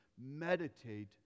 meditate